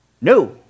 No